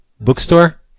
bookstore